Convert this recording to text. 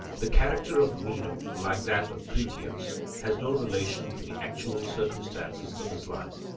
the character of meno, like that of critias, has no relation to the actual circumstances of his life.